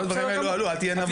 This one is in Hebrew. כל הדברים האלו עלו, אל תהיה נבוך.